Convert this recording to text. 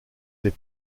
les